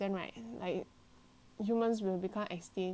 humans will become extinct because of like